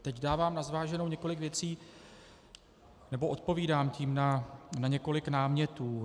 Teď dávám na zváženou několik věcí, nebo odpovídám tím na několik námětů.